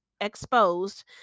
exposed